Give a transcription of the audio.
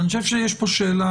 אני חושב שיש פה שאלה,